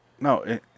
No